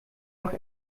noch